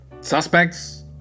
Suspects